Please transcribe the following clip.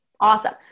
Awesome